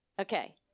Okay